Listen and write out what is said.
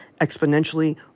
exponentially